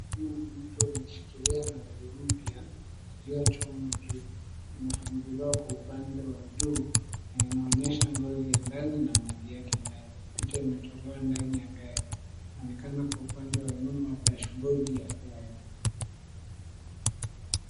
Mkono wa mtu umeshikilia na nazi mpya iliyochomwa juu. Imefunguliwa kwa upande wa juu na inaonyesha ngozi ya ndani na maji yake ndani. Piti imetolewa ndani ya gari. Inaonekana kwa upande wa nyuma dashboard ya gari.